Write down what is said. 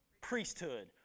priesthood